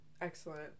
Excellent